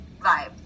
vibe